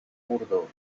bordó